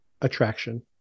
attraction